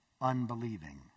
unbelieving